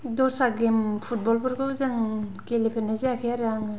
दस्रा गेम फुटब'लफोरखौ जों गेलेफेरनाय जायाखै आरो आङो